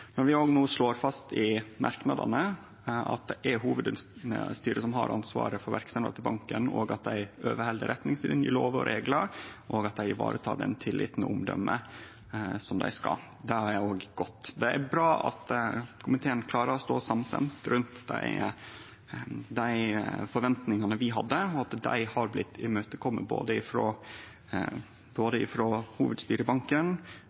Vi slår òg no fast i merknadene at det er hovudstyret som har ansvaret for verksemda til banken, at dei overheld retningslinjer, lover og reglar, og at dei varetek den tilliten og det omdømet slik dei skal. Det er òg godt. Det er bra at komiteen klarer å stå saman om dei forventningane vi hadde, og at dei har blitt oppfylte av både